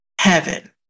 heaven